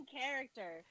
character